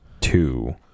two